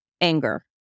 anger